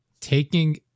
taking